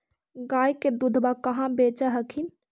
गया के दूधबा कहाँ बेच हखिन?